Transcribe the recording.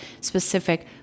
specific